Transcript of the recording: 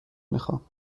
میخام